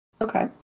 Okay